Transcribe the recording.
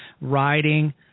riding